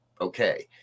Okay